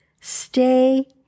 Stay